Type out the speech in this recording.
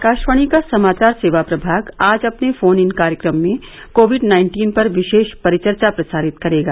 आकाशवाणी का समाचार सेवा प्रभाग आज अपने फोन इन कार्यक्रम में कोविड नाइन्टीन पर विशेष परिचर्चा प्रसारित करेगा